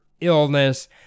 illness